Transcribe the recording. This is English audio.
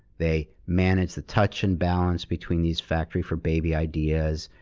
they managed the touch and balance between these factory for baby ideas,